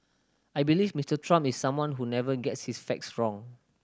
I believe Mister Trump is someone who never gets his facts wrong